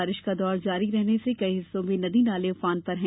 बारिश का दौर जारी रहने से कई हिस्सों में नदी नाले उफान पर हैं